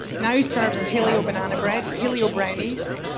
now serves paleo banana bread, paleo brownies,